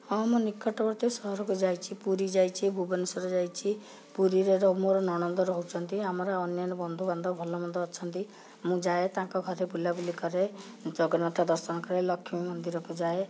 ହଁ ମୁଁ ନିକଟବର୍ତ୍ତୀ ସହରକୁ ଯାଇଛି ପୁରୀ ଯାଇଛି ଭୁବନେଶ୍ୱର ଯାଇଛି ପୁରୀରେ ମୋର ନଣନ୍ଦ ରହୁଛନ୍ତି ଆମର ଅନ୍ୟାନ ବନ୍ଧୁବାନ୍ଧବ ଭଲମନ୍ଦ ଅଛନ୍ତି ମୁଁ ଯାଏ ତାଙ୍କ ଘରେ ବୁଲା ବୁଲି କରେ ଜଗନ୍ନାଥ ଦର୍ଶନ କରେ ଲକ୍ଷ୍ମୀ ମନ୍ଦିରକୁ ଯାଏ